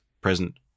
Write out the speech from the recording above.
present